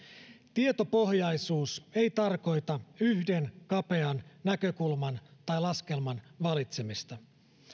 tietopohjaisuus ei tarkoita yhden kapean näkökulman tai laskelman valitsemista